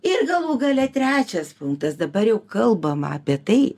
ir galų gale trečias punktas dabar jau kalbama apie tai